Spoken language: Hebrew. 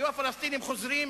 היו הפלסטינים חוזרים